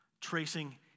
tracing